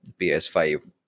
PS5